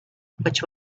which